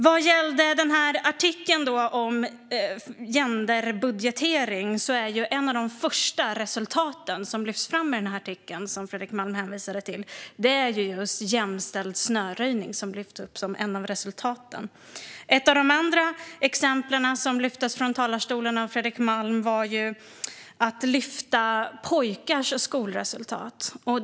Vad gäller artikeln om genderbudgetering, som Fredrik Malm hänvisade till, är ett av de första resultat som lyfts fram just jämställd snöröjning. Ett annat exempel som Fredrik Malm tog upp var pojkars skolresultat.